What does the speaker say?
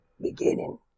beginning